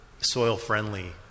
soil-friendly